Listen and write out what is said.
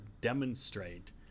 demonstrate